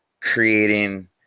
creating